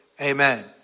Amen